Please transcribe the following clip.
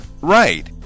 Right